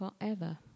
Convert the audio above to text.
forever